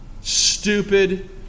stupid